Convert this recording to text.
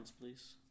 please